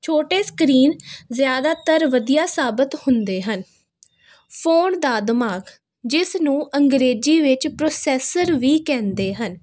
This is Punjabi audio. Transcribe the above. ਛੋਟੇ ਸਕਰੀਨ ਜ਼ਿਆਦਾਤਰ ਵਧੀਆ ਸਾਬਤ ਹੁੰਦੇ ਹਨ ਫੋਨ ਦਾ ਦਿਮਾਗ ਜਿਸ ਨੂੰ ਅੰਗਰੇਜ਼ੀ ਵਿੱਚ ਪ੍ਰੋਸੈਸਰ ਵੀ ਕਹਿੰਦੇ ਹਨ